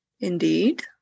Indeed